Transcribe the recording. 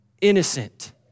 innocent